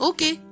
Okay